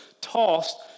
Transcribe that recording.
Tossed